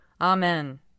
Amen